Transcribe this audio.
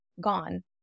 gone